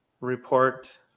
report